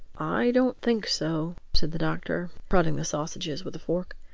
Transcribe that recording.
i don't think so, said the doctor, prodding the sausages with a fork.